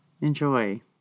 Enjoy